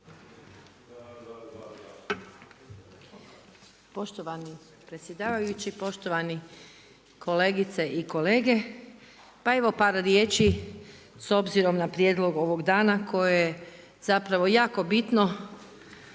Poštovani predsjedavajući, poštovani kolegice i kolege. Pa evo par riječi s obzirom na prijedlog ovog dana koje zapravo jako bitno,